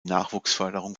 nachwuchsförderung